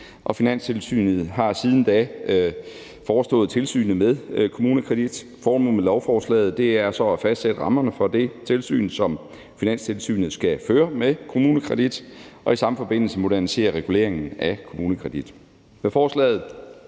Finanstilsynet har siden da forestået tilsynet med KommuneKredit. Formålet med lovforslaget er så at fastsætte rammerne for det tilsyn, som Finanstilsynet skal føre med KommuneKredit, og i samme forbindelse modernisere reguleringen af KommuneKredit. Med forslaget